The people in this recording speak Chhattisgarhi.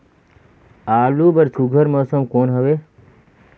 आलू बर सुघ्घर मौसम कौन हवे?